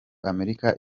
amerika